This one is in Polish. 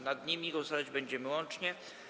Nad nimi głosować będziemy łącznie.